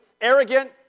Arrogant